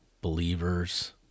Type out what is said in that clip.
believers